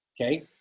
Okay